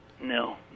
No